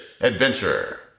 adventure